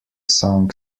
song